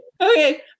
Okay